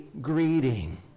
greeting